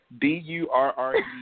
D-U-R-R-E